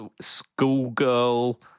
schoolgirl